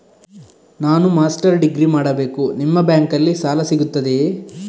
ನಾನು master degree ಮಾಡಬೇಕು, ನಿಮ್ಮ ಬ್ಯಾಂಕಲ್ಲಿ ಸಾಲ ಸಿಗುತ್ತದೆಯೇ?